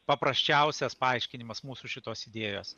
paprasčiausias paaiškinimas mūsų šitos idėjos